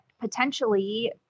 potentially